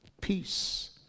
peace